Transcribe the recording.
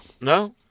No